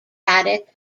haddock